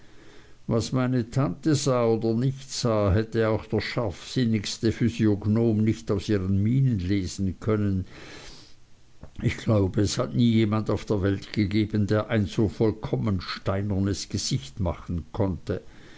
was meine tante sah oder nicht sah hätte auch der scharfsinnigste physiognom nicht aus ihren mienen lesen können ich glaube es hat nie jemand auf der welt gegeben der ein so vollkommen steinernes gesicht machen konnte